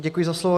Děkuji za slovo.